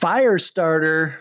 Firestarter